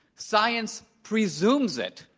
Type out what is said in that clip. science presumes it.